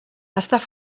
està